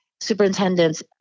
superintendents